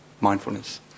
mindfulness